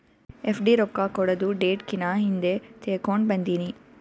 FD ರೊಕ್ಕಾ ಕೊಡದು date ಕಿನಾ ಹಿಂದೆ ತೇಕೊಂಡ್ ಬಂದಿನಿ